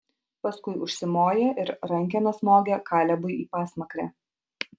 paskui užsimoja ir rankena smogia kalebui į pasmakrę